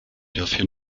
dafür